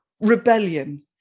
rebellion